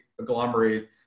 agglomerate